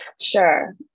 Sure